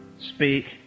speak